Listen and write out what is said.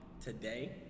today